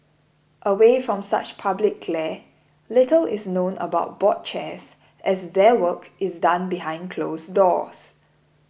away from such public glare little is known about board chairs as their work is done behind close doors